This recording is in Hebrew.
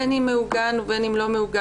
בין אם מעוגן ובין אם לא מעוגן,